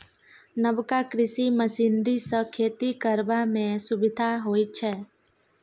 नबका कृषि मशीनरी सँ खेती करबा मे सुभिता होइ छै